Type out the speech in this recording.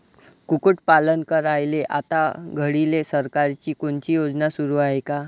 कुक्कुटपालन करायले आता घडीले सरकारची कोनची योजना सुरू हाये का?